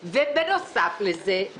ומדוע זה נקבע כמסורת?